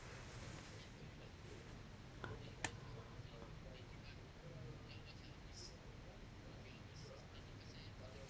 okay